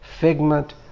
figment